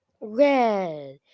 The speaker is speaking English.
red